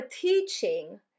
teaching